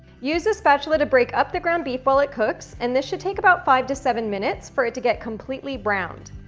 use a spatula to break up the ground beef while it cooks, and this should take about five to seven minutes for it to get completely browned.